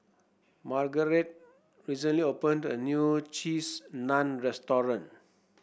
Margarete recently opened a new Cheese Naan Restaurant